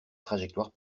trajectoires